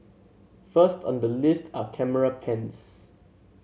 first on the list are camera pens